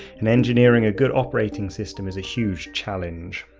and engineering a good operating system is a huge challenge.